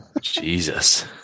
Jesus